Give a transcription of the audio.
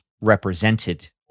represented